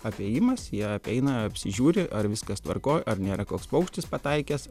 apėjimas jie apeina apsižiūri ar viskas tvarkoj ar nėra koks paukštis pataikęs